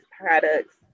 products